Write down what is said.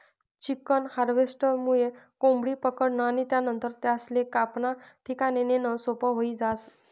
chicken हार्वेस्टरमुये कोंबडी पकडनं आणि त्यानंतर त्यासले कापाना ठिकाणे नेणं सोपं व्हयी जास